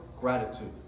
gratitude